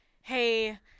hey